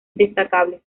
destacables